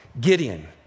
Gideon